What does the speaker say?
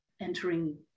entering